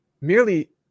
merely